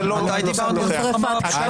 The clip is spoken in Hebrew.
מתי דיברנו על המלחמה בפשיעה?